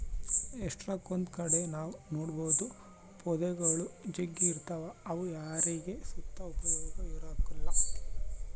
ಎಷ್ಟಕೊಂದ್ ಕಡೆ ನಾವ್ ನೋಡ್ಬೋದು ಪೊದೆಗುಳು ಜಗ್ಗಿ ಇರ್ತಾವ ಅವು ಯಾರಿಗ್ ಸುತ ಉಪಯೋಗ ಇರಕಲ್ಲ